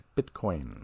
Bitcoin